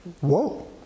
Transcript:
whoa